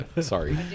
Sorry